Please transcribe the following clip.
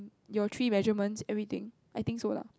your three measurements everything I think so lah